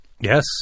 Yes